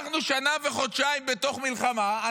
אנחנו שנה וחודשיים בתוך מלחמה.